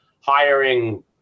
hiring